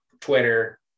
Twitter